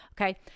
Okay